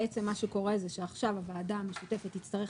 בעצם מה שקורה זה שעכשיו הוועדה המשותפת תצטרך